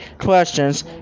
questions